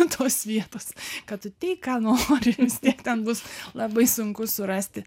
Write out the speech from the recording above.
tos vietos kad tu teik ką nori vis tiek ten bus labai sunku surasti